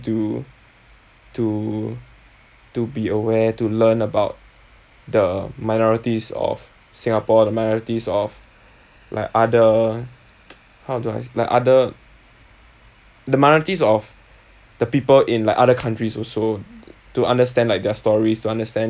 to to to be aware to learn about the minorities of Singapore the minorities of like other how do I like other the minorities of the people in like other countries also to understand like their stories to understand